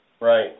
Right